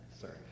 Sorry